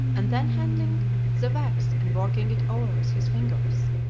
and then handling the wax and working it over with his fingers,